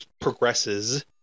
progresses